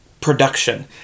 production